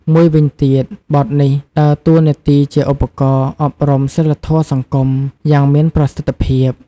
មួយវិញទៀត បទនេះដើរតួនាទីជាឧបករណ៍ អប់រំសីលធម៌សង្គម យ៉ាងមានប្រសិទ្ធភាព។